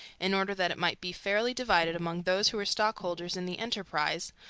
in order that it might be fairly divided among those who were stockholders in the enterprise,